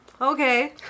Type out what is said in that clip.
okay